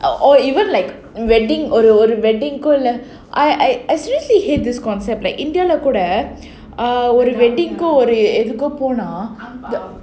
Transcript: oh even like wedding !aiyo! wedding ஒரு ஒரு:oru oru I I I especially hate this concept like indian கூட எதுக்காக போனா:kooda edhukkaaga ponaa err